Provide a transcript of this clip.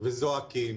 וצועקים וזועקים